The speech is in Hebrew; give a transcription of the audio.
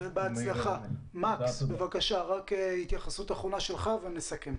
מקס, התייחסות אחרונה שלך ונסכם.